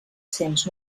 cents